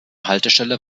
haltestelle